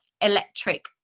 electric